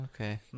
Okay